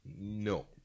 No